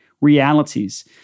realities